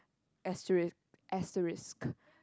asterisk asterisk